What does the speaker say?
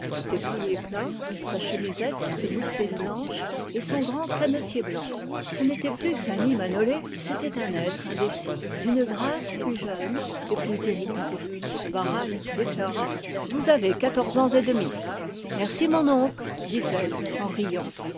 ses souliers plats sa chemisette de mousseline blanche et son chapeau blanc ce n'était plus fanny manolé c'était un être indécis d'une grâce plus jeune et plus irritante barral déclara vous avez quatorze ans et demi merci dit-elle en riant